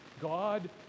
God